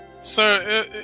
Sir